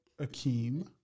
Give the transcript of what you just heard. Akeem